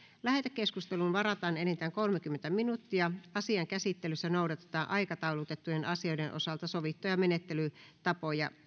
lähetekeskusteluun varataan enintään kolmekymmentä minuuttia asian käsittelyssä noudatetaan aikataulutettujen asioiden osalta sovittuja menettelytapoja